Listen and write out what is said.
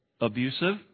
abusive